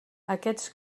aquests